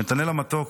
נתנאל המתוק